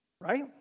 Right